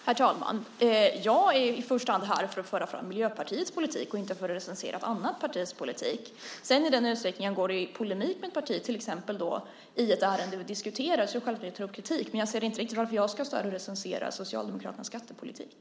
Herr talman! Jag är i första hand här för att föra fram Miljöpartiets politik och inte för att recensera ett annat partis politik. I den utsträckning jag går i polemik med ett parti, till exempel i ett ärende vi diskuterar, är det självklart att jag tar upp kritik. Men jag ser inte riktigt varför jag ska stå här och recensera Socialdemokraternas skattepolitik.